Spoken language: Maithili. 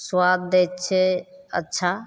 सुआद दै छै अच्छा